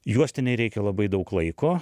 juostinei reikia labai daug laiko